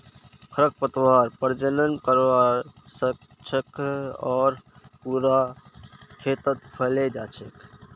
खरपतवार प्रजनन करवा स ख छ आर पूरा खेतत फैले जा छेक